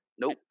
Nope